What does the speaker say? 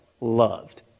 loved